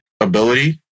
ability